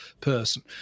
person